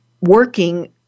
working